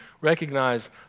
recognize